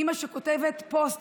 אימא שכותבת פוסט